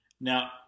Now